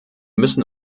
müssen